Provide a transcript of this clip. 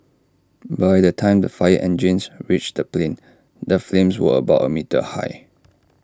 by the time the fire engines reached the plane the flames were about A metre high